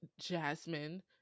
Jasmine